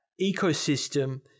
ecosystem